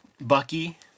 Bucky